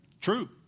True